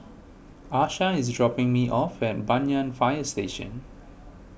Asha is dropping me off at Banyan Fire Station